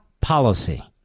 policy